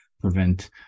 prevent